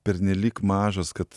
pernelyg mažas kad